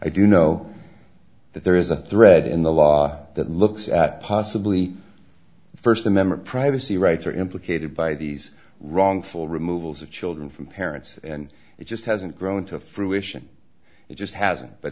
i do know that there is a thread in the law that looks at possibly the first amendment privacy rights are implicated by these wrongful removals of children from parents and it just hasn't grown to fruition it just hasn't